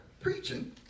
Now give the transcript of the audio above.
preaching